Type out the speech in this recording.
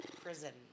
prison